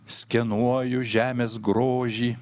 skenuoju žemės grožį